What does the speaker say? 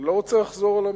אני לא רוצה לחזור על המלים,